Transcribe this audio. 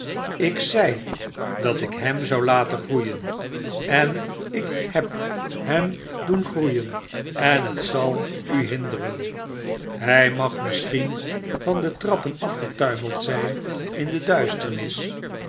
k zei dat ik hem zoulaten groeien en ik heb hem doengroeien en het zal u hinder en hij mag misschien van de trappen afgetuimelcf zyn in de duisternis